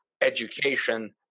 education